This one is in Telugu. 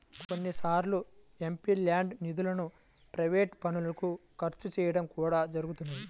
కొన్నిసార్లు ఎంపీల్యాడ్స్ నిధులను ప్రైవేట్ పనులకు ఖర్చు చేయడం కూడా జరుగుతున్నది